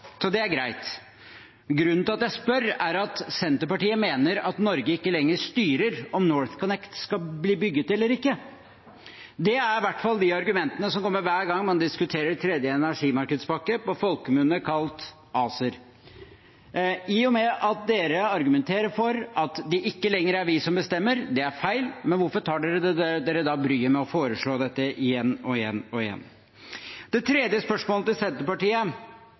så det er greit, men grunnen til at jeg spør, er at Senterpartiet mener at Norge ikke lenger styrer om NorthConnect skal bli bygget eller ikke. Det er i hvert fall de argumentene som kommer hver gang man diskuterer tredje energimarkedspakke, på folkemunne kalt ACER. I og med at de argumenterer for at det ikke lenger er vi som bestemmer: Det er feil, men hvorfor tar de seg da bryet med å foreslå dette igjen og igjen og igjen? Det tredje spørsmålet til Senterpartiet,